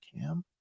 Cam